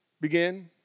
begin